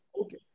Okay